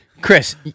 Chris